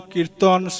Kirtan